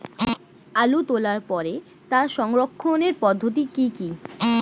আলু তোলার পরে তার সংরক্ষণের পদ্ধতি কি কি?